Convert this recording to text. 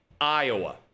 Iowa